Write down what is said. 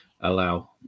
allow